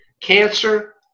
cancer